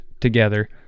together